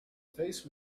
face